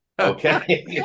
Okay